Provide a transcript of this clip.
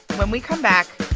when we come back,